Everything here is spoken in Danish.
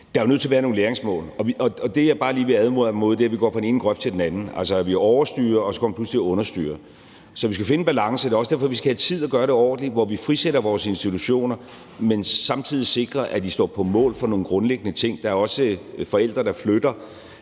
Der er jo nødt til at være nogle læringsmål, og det, jeg bare lige vil advare imod, er, at vi går fra den ene grøft til den anden – altså at vi overstyrer og så pludselig kommer til at understyre. Så vi skal finde en balance. Det er også derfor, vi skal have tid til at gøre det ordentligt, så vi frisætter vores institutioner, man samtidig sikrer, at de står på mål for nogle grundlæggende ting. Der er også forældre, der flytter